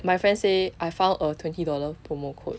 my friend say I found a twenty dollar promo code